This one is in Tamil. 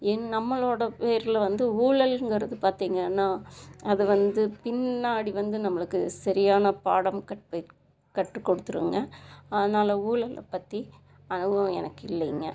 என் நம்மளோடய பேரில் வந்து உழல்ங்கிறது பார்த்தீங்கன்னா அது வந்து பின்னாடி வந்து நம்மளுக்கு சரியான பாடம் கற்பிக் கற்றுக் கொடுத்துருங்க அதனால் ஊழலை பற்றி அனுபவம் எனக்கு இல்லைங்க